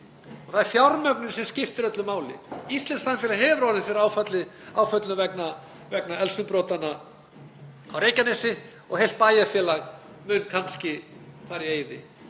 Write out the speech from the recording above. Það er fjármögnunin sem skiptir öllu máli. Íslenskt samfélag hefur orðið fyrir áföllum vegna eldsumbrotanna á Reykjanesi og heilt bæjarfélag mun kannski fara í eyði.